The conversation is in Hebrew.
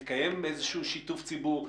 מתקיים איזשהו שיתוף ציבור?